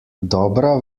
dobra